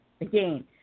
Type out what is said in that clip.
Again